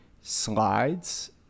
slides